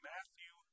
Matthew